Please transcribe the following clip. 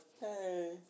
hey